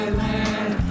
land